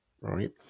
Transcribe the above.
right